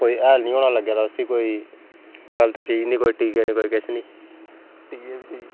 कोई हैल नी होना लग्गे दा उसी कोई गलत चीज़ नी कोई टीके नी कोई किश नी